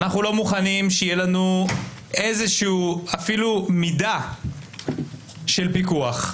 אנחנו לא מוכנים שתהיה עלינו אפילו מידה של פיקוח,